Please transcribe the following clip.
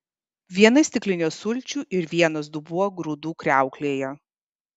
viena stiklinė sulčių ir vienas dubuo grūdų kriauklėje